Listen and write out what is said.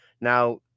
Now